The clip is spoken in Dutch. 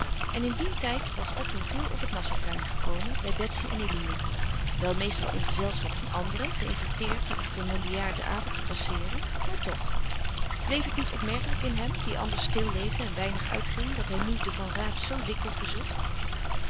en in dien tijd was otto veel op het nassauplein gekomen bij betsy en eline wel meestal in gezelschap van anderen geïnviteerd er familiaar den avond te passeeren maar toch bleef het niet opmerkelijk in hem die anders stil leefde en weinig uitging dat hij nu de van raats zoo dikwijls bezocht